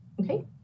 Okay